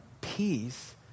peace